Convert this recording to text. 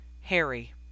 Harry